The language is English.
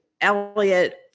Elliot